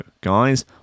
guys